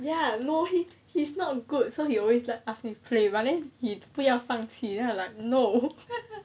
ya no he he's not good so he always like ask me play but then he 不要放弃 so I was like no